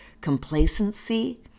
complacency